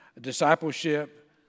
discipleship